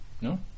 no